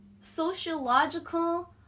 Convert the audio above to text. sociological